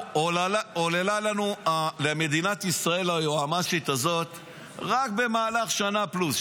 עוללה למדינת ישראל היועמ"שית הזאת רק במהלך שנה פלוס,